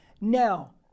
Now